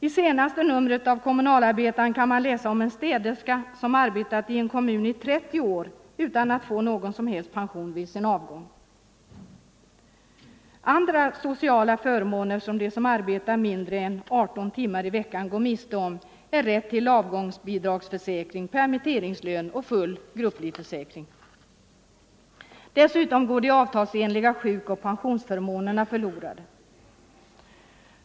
I senaste numret av Kommunalarbetaren kan man läsa om en städerska som arbetat i en kommun i 30 år utan att få någon som helst pension vid sin avgång. Andra sociala förmåner som de som arbetar mindre än 18 timmar i veckan går miste om är rätt till avgångsbidragsförsäkring, permitteringslön och grupplivförsäkring. Dessutom går de avtalsenliga sjukoch pensionsförmånerna förlorade.